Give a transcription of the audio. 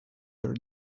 their